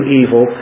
evil